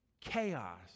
Chaos